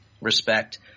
respect